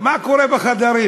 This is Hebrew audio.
מה קורה בחדרים?